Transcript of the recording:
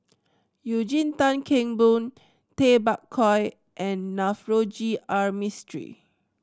Eugene Tan Kheng Boon Tay Bak Koi and Navroji R Mistri